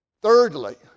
Thirdly